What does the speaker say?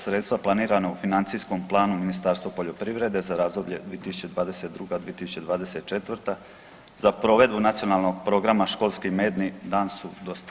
Sredstava planirana u financijskom planu Ministarstvo poljoprivrede za razdoblje 2022.-2024. za provedbu Nacionalnog programa školski medni dan su dostatna.